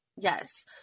Yes